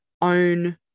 own